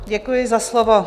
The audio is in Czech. Děkuji za slovo.